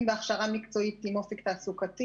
אם בהכשרה מקצועית עם אופק תעסוקתי